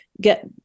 get